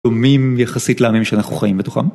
דומים יחסית לעמים שאנחנו חיים בתוכם.